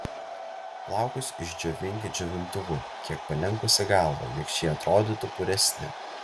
plaukus išdžiovink džiovintuvu kiek palenkusi galvą jog šie atrodytų puresni